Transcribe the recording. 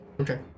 Okay